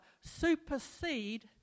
supersede